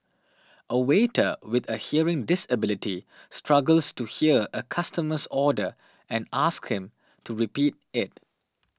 a waiter with a hearing disability struggles to hear a customer's order and asks him to repeat it